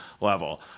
level